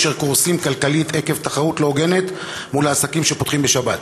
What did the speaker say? אשר קורסים כלכלית עקב תחרות לא הוגנת מול העסקים שפותחים בשבת.